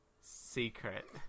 secret